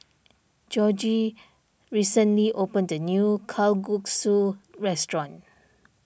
Jorge recently opened the new Kalguksu restaurant